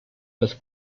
los